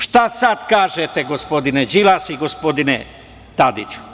Šta sada kažete gospodine Đilas i gospodine Tadiću?